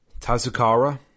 Tazukara